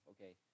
okay –